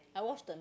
I watched the